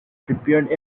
prepared